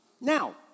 Now